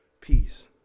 Peace